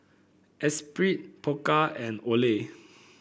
Espirit Pokka and Olay